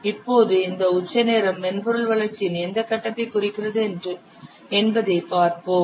இப்போது இந்த உச்ச நேரம் மென்பொருள் வளர்ச்சியின் எந்த கட்டத்தை குறிக்கிறது என்பதைப் பார்ப்போம்